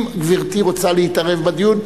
אם גברתי רוצה להתערב בדיון,